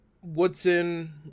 Woodson